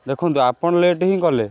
ଦେଖନ୍ତୁ ଆପଣ ଲେଟ୍ ହିଁ କଲେ